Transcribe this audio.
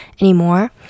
anymore